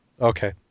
okay